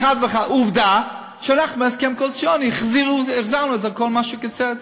עובדה שאנחנו בהסכם הקואליציוני החזרנו את כל מה שהוא קיצץ,